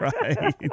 Right